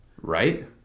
Right